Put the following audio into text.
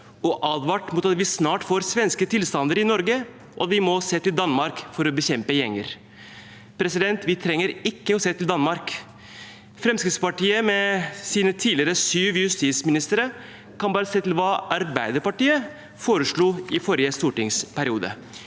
og advart mot at vi snart får svenske tilstander i Norge, og at vi må se til Danmark for å bekjempe gjenger. Vi trenger ikke å se til Danmark. Fremskrittspartiet, med sine syv tidligere justisministre, kan bare se til hva Arbeiderpartiet foreslo i forrige stortingsperiode.